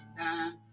time